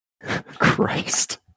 Christ